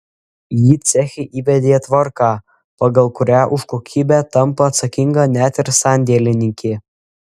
ji ceche įvedė tvarką pagal kurią už kokybę tampa atsakinga net ir sandėlininkė